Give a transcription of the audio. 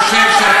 אני לא רוצה לפגוע,